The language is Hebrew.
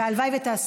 והלוואי שתעשה.